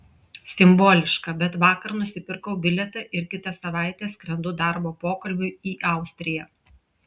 simboliška bet vakar nusipirkau bilietą ir kitą savaitę skrendu darbo pokalbiui į austriją